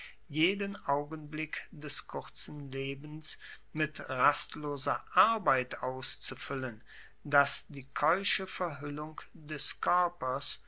jeden augenblick des kurzen lebens mit rastloser arbeit auszufuellen das die keusche verhuellung des koerpers